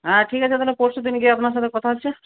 হ্যাঁ ঠিক আছে তাহলে পরশু দিন গিয়ে আপনার সাথে কথা হচ্ছে